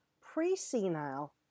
pre-senile